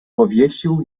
powiesił